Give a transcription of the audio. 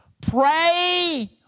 Pray